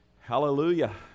Hallelujah